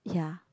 ya